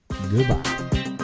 Goodbye